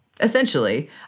essentially